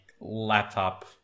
laptop